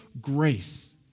grace